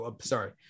Sorry